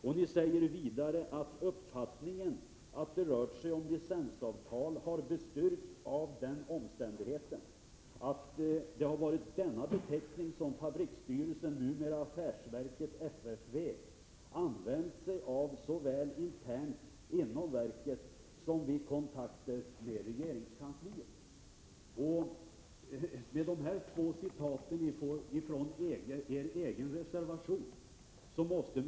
Ni säger vidare att uppfattningen att det rört sig om licensavtal har bestyrkts av den omständigheten att det är denna beteckning som fabriksstyrelsen — numera affärsverket FFV — har använt sig av såväl internt inom verket som vid kontakter med regeringskansliet.